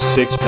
Six